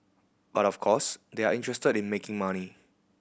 but of course they are interested in making money